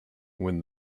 when